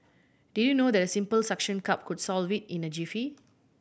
did you know that a simple suction cup could solve it in a jiffy